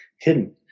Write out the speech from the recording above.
hidden